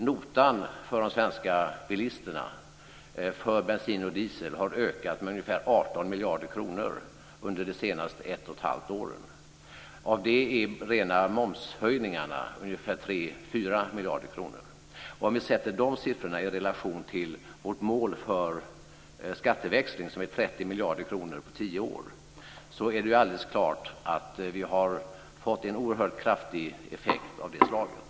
Notan för de svenska bilisterna har, för bensin och diesel, ökat med ungefär 18 miljarder kronor under de senaste ett och ett halvt åren. Av det är de rena momshöjningarna 3-4 miljarder kronor. Om vi sätter de siffrorna i relation till vårt mål för skatteväxling, som är 30 miljarder kronor på tio år, är det klart att vi redan har fått en oerhört kraftig effekt av det slaget.